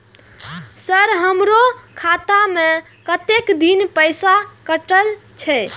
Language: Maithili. सर हमारो खाता में कतेक दिन पैसा कटल छे?